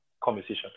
conversation